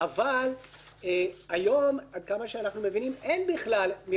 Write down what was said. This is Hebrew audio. אבל היום, עד כמה שאנו מבינים, אין בכלל מרשם